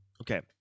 Okay